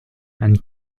and